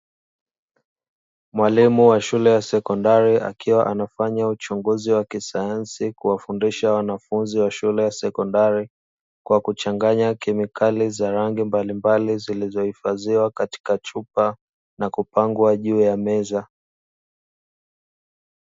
Mwalimu wa shule ya sekondari akiwa anafanya uchunguzi wa kisayansi kuwafundisha wanafunzi wa shule ya sekondari kwa kuchanganya kemikali za rangi mbalimbali, zilizohifadhiwa katika chupa na kupangwa juu ya meza.